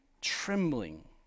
trembling